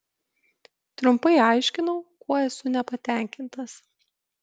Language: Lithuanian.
trumpai aiškinau kuo esu nepatenkintas